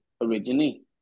originally